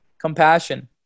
compassion